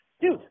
dude